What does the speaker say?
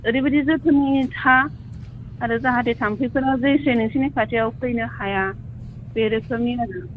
ओरैबायदि जोथोननि था आरो जाहाथे थामफैफोरबो जे नोंसिनि खाथियाव फैनो हाया बे रोखोमनि आरो